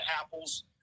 apples